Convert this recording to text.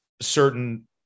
certain